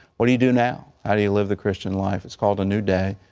what do you do now? how do you live the christian life? it's called, a new day.